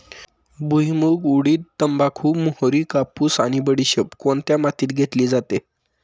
भुईमूग, उडीद, तंबाखू, मोहरी, कापूस आणि बडीशेप कोणत्या मातीत घेतली जाते?